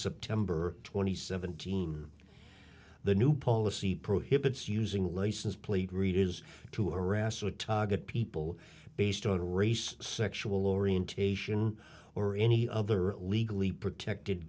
september twenty seventh team the new policy prohibits using license plate readers to harass or target people based on race sexual orientation or any other legally protected